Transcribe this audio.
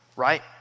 Right